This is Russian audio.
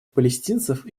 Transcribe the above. палестинцев